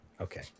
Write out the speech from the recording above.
Okay